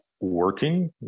working